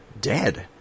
dead